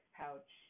pouch